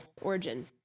origin